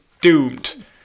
doomed